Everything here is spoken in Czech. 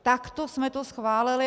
Takto jsme to schválili.